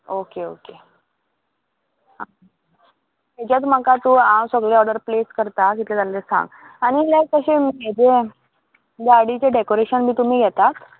okay okay तेज्यात म्हाका तूं हांव सगळे ऑर्डर प्लेस करता कितके जालें ते सांग आनी लायक तशें हेजे गाडीचें डेकोरेशन बी तुमी घेतात